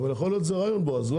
אבל יכול להיות שזה רעיון בועז,